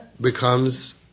becomes